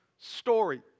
story